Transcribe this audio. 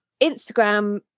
Instagram